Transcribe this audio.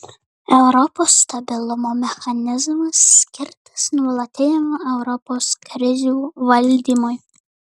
europos stabilumo mechanizmas skirtas nuolatiniam europos krizių valdymui